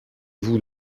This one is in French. vous